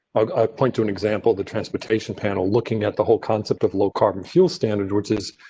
ah i point to an example, the transportation panel looking at the whole concept of low carbon fuel standard, which is.